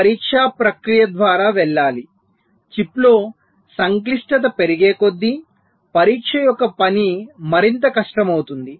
chip పరీక్షా ప్రక్రియ ద్వారా వెళ్ళాలి చిప్లో సంక్లిష్టత పెరిగేకొద్దీ పరీక్ష యొక్క పని మరింత కష్టమవుతుంది